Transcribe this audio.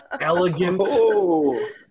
elegant